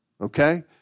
Okay